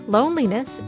Loneliness